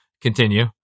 Continue